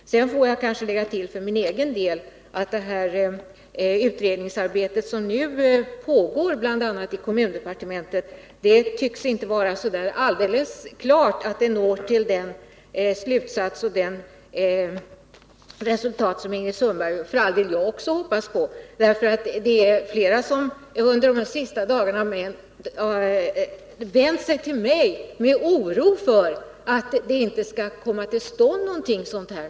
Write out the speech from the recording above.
Sedan vill jag lägga till som min egen uppfattning om det utredningsarbete som nu pågår, bl.a. i kommundepartementet, att det inte är alldeles klart att det leder till det resultat som Ingrid Sundberg och för all del jag också hoppas på. Under de senaste dagarna är det flera som har vänt sig till mig med oro för att det inte skall komma till stånd några informationsinsatser.